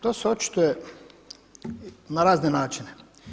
To se očituje na razne načine.